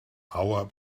our